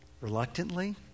Reluctantly